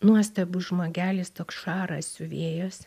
nuostabus žmogelis toks šaras siuvėjas